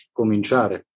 cominciare